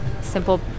Simple